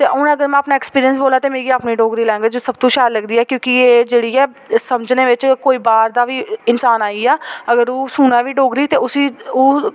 ते हून अगर में अपना एक्सपीरियंस बोला ते मिगी अपनी डोगरी लैंग्वेज़ सब तो शैल लगदी ऐ क्योंकि एह् जेह्ड़ी ऐ समझने बिच कोई बाह्र दा बी इंसान आई जा अगर ओह् सुनै बी डोगरी ते उसी ओह्